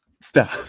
Stop